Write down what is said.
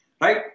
Right